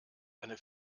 eine